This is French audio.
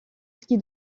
ski